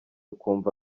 ukumva